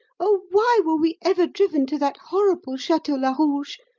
oh, why were we ever driven to that horrible chateau larouge!